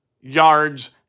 yards